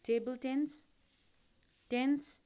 table tennis tennis